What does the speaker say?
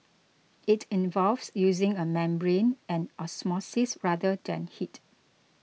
it involves using a membrane and osmosis rather than heat